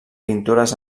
pintures